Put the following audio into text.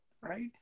right